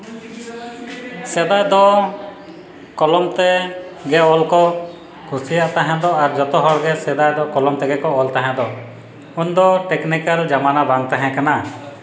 ᱥᱮᱫᱟᱭ ᱫᱚ ᱠᱚᱞᱚᱢᱛᱮ ᱜᱮ ᱚᱞ ᱠᱚ ᱠᱩᱥᱤᱭᱟᱜ ᱛᱟᱦᱮᱸᱫᱚ ᱟᱨ ᱡᱚᱛᱚ ᱦᱚᱲ ᱜᱮ ᱥᱮᱫᱟᱭ ᱫᱚ ᱠᱚᱞᱚᱢ ᱛᱮᱜᱮ ᱠᱚ ᱚᱞ ᱛᱟᱦᱮᱸᱫᱚ ᱩᱱ ᱫᱚ ᱴᱮᱠᱱᱤᱠᱮᱞ ᱡᱚᱢᱟᱱᱟ ᱵᱟᱝ ᱛᱟᱦᱮᱸ ᱠᱟᱱᱟ